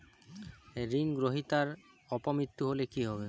ঋণ গ্রহীতার অপ মৃত্যু হলে কি হবে?